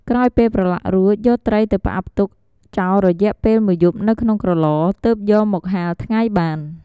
ក្រោយពេលប្រឡាក់រួចយកត្រីទៅផ្អាប់ទុកចោលរយៈពេល១យប់នៅក្នុងក្រឡ ទើបយកមកហាលថ្ងៃបាន។